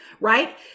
Right